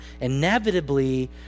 inevitably